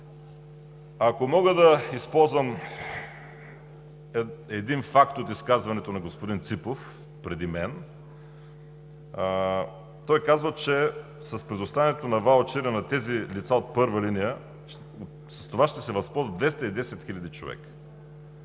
нататък. Да използвам един факт от изказването на господин Ципов преди мен, той казва, че с предоставянето на ваучери на тези лица от първа линия от това ще се възползват 210 хиляди човека.